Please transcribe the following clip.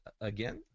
again